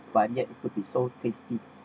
but yet could be so tasty